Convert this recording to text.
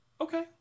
Okay